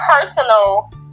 personal